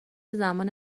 زمان